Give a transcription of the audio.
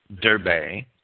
Derbe